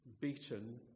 Beaten